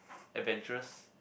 adventurous